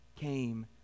came